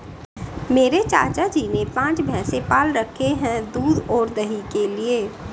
मेरे चाचा जी ने पांच भैंसे पाल रखे हैं दूध और दही के लिए